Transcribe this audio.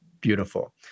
Beautiful